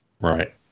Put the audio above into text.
Right